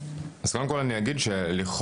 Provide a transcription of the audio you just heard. קודם כל אני אגיד שלכאורה,